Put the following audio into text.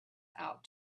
out